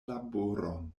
laboron